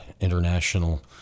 international